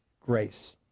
grace